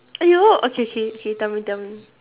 !aiyo! okay okay tell me tell me